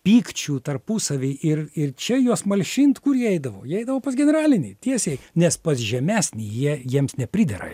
pykčių tarpusavy ir ir čia juos malšint kur jie eidavo jie eidavo pas generalinį tiesiai nes pas žemesnį jie jiems nepridera